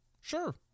Sure